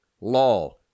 law